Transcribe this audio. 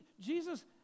Jesus